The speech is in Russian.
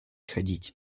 ходить